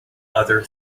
other